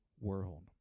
world